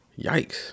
Yikes